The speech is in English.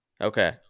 Okay